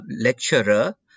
lecturer